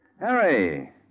Harry